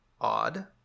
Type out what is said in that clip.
odd